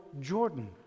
Jordan